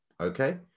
okay